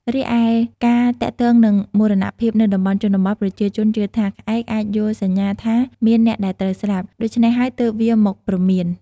រីឯការទាក់ទងនឹងមរណភាពនៅតំបន់ជនបទ ប្រជាជនជឿថា ក្អែកអាចយល់សញ្ញាថាមានអ្នកដែលត្រូវស្លាប់ ដូច្នេះហើយទើបវាមកព្រមាន។